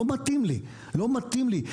לא מתאים לי, לא מתאים לי.